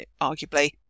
arguably